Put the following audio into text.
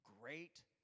great